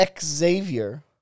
Xavier